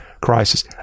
crisis